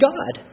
God